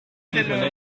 die